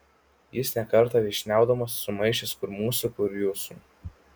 jis ne kartą vyšniaudamas sumaišęs kur mūsų kur jūsų